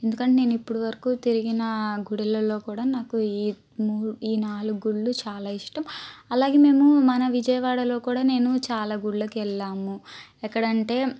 ఎందుకంటే నేను ఇప్పుడు వరకు తిరిగిన గుడిలలో కూడా నాకు ఈ ము నాలుగు గుళ్ళు చాలా ఇష్టం అలాగే మేము మన విజయవాడలో కూడా నేను చాలా గుళ్ళకి వెళ్ళాము ఎక్కడ అంటే